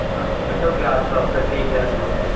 అంటే ఒక గ్లాసు వస్తుంది టీ గ్లాసు వస్తుంది